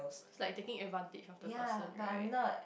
it's like taking advantage of the person right